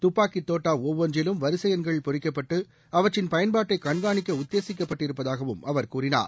துப்பாக்கி தோட்டா ஒவ்வொன்றிலும் வரிசை எண்கள் பொறிக்கப்பட்டு அவற்றின் பயன்பாட்டை கண்காணிக்க உத்தேசிக்கப்பட்டிருப்பதாகவும அவர் கூறினார்